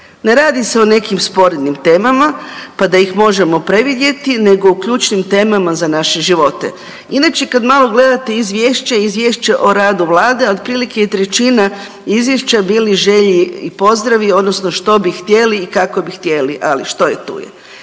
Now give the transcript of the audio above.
ne radi se o nekim sporednim temama pa da ih možemo previdjeti nego u ključnim temama za naše živote. Inače, kad malo gledate Izvješće, Izvješće o radu Vlade, otprilike je trećima Izvješća bili želje i pozdravi odnosno što bi htjeli i kako bi htjeli, ali što je tu je.